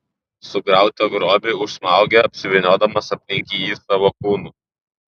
sugautą grobį užsmaugia apsivyniodamas aplink jį savo kūnu